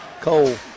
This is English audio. Cole